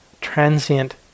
transient